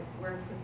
works